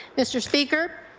mr. speaker,